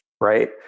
right